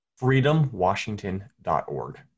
FreedomWashington.org